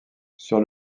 sur